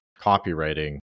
copywriting